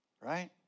right